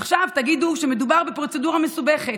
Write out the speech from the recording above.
עכשיו תגידו שמדובר בפרוצדורה מסובכת.